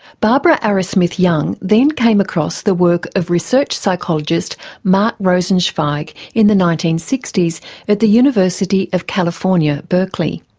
barbara arrowsmith-young then came across the work of research psychologist mark rosenzweig in the nineteen sixty s at the university of california berkeley.